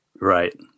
Right